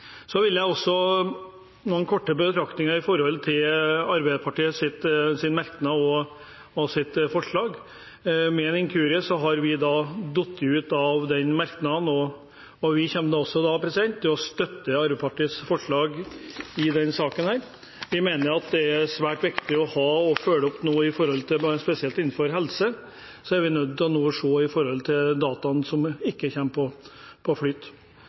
Så vil jeg komme med noen korte betraktninger knyttet til Arbeiderpartiets merknad og forslag. Ved en inkurie har vi falt ut av den merknaden. Vi kommer også til å støtte Arbeiderpartiets forslag i denne saken. Vi mener at det er svært viktig å følge opp nå. Spesielt innenfor helse er vi nødt til å se på de dataene som ikke kommer «på flyt». Vi ser fram til at vi kan få framlagt en sak om dette. Den inkurien gjelder også SV, som også skulle stått inne både på